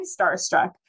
starstruck